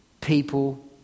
people